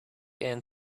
and